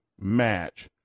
match